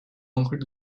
concrete